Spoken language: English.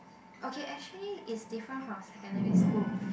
okay actually is different from secondary school